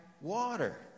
water